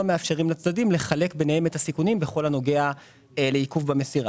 מאפשרים לצדדים לחלק ביניהם את הסיכונים בכל הנוגע לעיכוב במסירה.